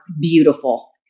beautiful